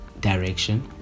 direction